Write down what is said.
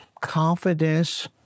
confidence